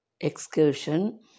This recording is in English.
excursion